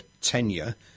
tenure